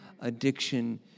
addiction